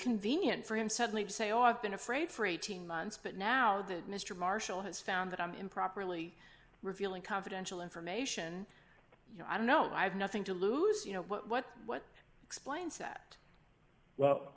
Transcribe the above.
convenient for him suddenly to say oh i've been afraid for eighteen months but now that mr marshall has found that i'm improperly revealing confidential information you know i don't know i have nothing to lose you know what what explains that well